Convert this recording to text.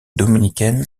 dominicaine